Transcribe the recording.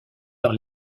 par